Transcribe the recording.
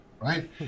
right